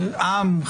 עם,